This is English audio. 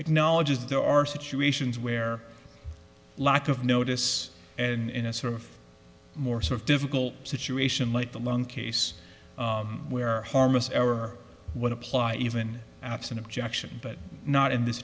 acknowledges there are situations where lack of notice and in a sort of more sort of difficult situation like the long case where harmless error would apply even absent objection but not in this